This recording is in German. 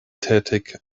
tätig